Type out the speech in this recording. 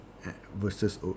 versus